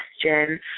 question